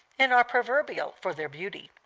and are proverbial for their beauty.